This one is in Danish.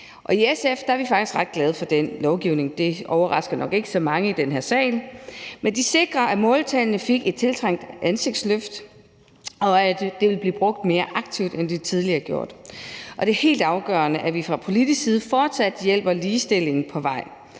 I SF er vi faktisk ret glade for den lovgivning – det overrasker nok ikke så mange i den her sal – for den sikrer, at måltallene fik et tiltrængt ansigtsløft, og at de vil blive brugt mere aktivt, end de tidligere er gjort. Det er helt afgørende, at vi fra politisk side fortsat hjælper ligestillingen på vej.